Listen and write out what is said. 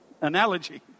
analogy